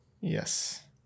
yes